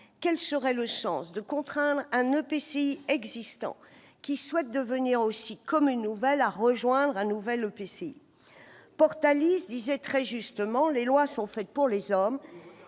quel serait le sens de contraindre un EPCI existant, qui souhaite devenir aussi commune nouvelle, à rejoindre un nouvel EPCI ? Portalis soulignait très justement :« Les lois sont faites pour les hommes,